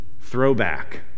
throwback